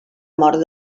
mort